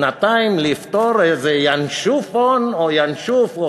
שנתיים לפתור איזה ינשופון או ינשוף או